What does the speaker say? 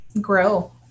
grow